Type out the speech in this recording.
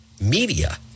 media